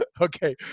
Okay